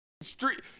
street